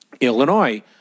Illinois